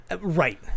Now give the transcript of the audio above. Right